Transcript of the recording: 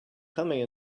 coming